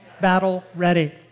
battle-ready